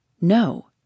no